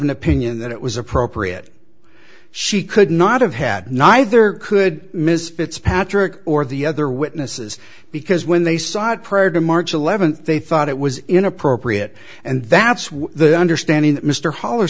an opinion that it was appropriate she could not have had neither could miss fitzpatrick or the other witnesses because when they side prior to march eleventh they thought it was inappropriate and that's what the understanding that mr holl